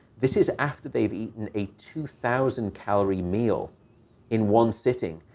this is after they've eaten a two thousand calorie meal in one sitting.